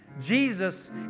Jesus